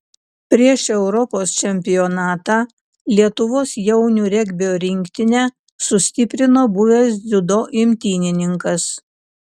prieš europos čempionatą lietuvos jaunių regbio rinktinę sustiprino buvęs dziudo imtynininkas